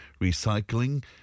recycling